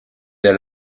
der